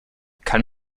kann